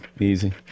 easy